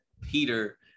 Peter